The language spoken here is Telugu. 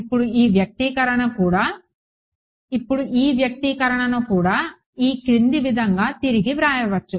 ఇప్పుడు ఈ వ్యక్తీకరణను కూడా ఈ క్రింది విధంగా తిరిగి వ్రాయవచ్చు